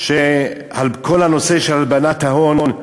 על כל הנושא של הלבנת ההון,